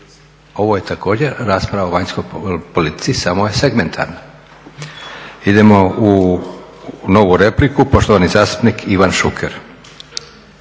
ovo je također rasprava o vanjskoj politici samo je segmentarna. Idemo u novu repliku, poštovani zastupnik Ivan Šuker.